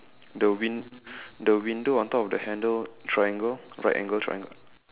the wind~ the window on top of the handle triangle right angle triangle